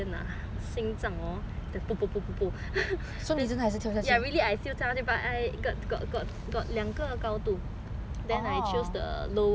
pop pop pop really 我还是跳下去 but got got got got 两个高度 then I choose the lower one of course lah so